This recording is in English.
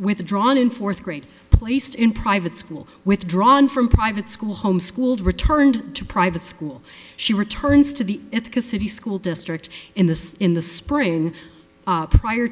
withdrawn in fourth grade placed in private school withdrawn from private school homeschooled returned to private school she returns to the city school district in the in the spring prior